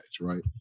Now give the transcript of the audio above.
right